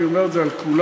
אני אומר את זה על כולם,